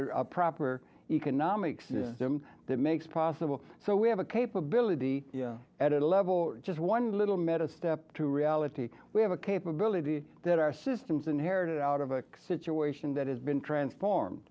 have a proper economic system that makes possible so we have a capability at a level just one little metta step to reality we have a capability that our systems inherited out of a situation that has been transform